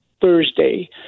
Thursday